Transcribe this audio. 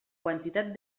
quantitat